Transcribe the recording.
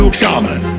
shaman